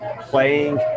playing